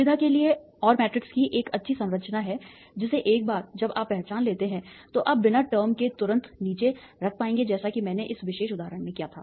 सुविधा के लिए और मैट्रिक्स की एक अच्छी संरचना है जिसे एक बार जब आप पहचान लेते हैं तो आप बिना टर्म टर्म के तुरंत नीचे रख पाएंगे जैसा कि मैंने इस विशेष उदाहरण में किया था